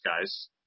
guys